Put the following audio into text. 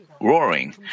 roaring